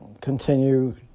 Continue